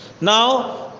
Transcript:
Now